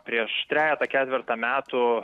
prieš trejetą ketvertą metų